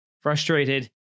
frustrated